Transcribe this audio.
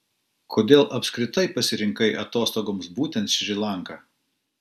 kodėl apskritai pasirinkai atostogoms būtent šri lanką